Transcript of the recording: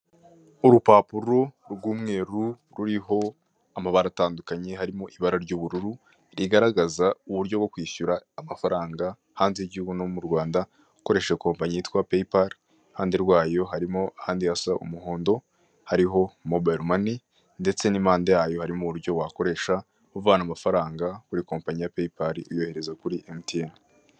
Urupapuro rw'umweru ruriho amabara atandukanye harimo ibara ry'ubururu, rigaragaza uburyo bwo kwishyura amafaranga hanze y'igihugu no mu Rwanda, ukoresheje kompanyi yitwa peyipali, iruhande rwayo harimo ahandi hasa umuhondo, hariho mobayilo mani, ndetse n'impande yayo harimo uburyo wakoresha uvana amafaranga kuri kompanyi ya peyipali uyohereza kuri emutiyeni.